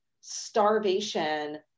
starvation